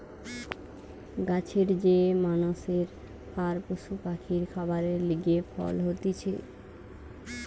গাছের যে মানষের আর পশু পাখির খাবারের লিগে ফল হতিছে